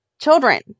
children